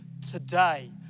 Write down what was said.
today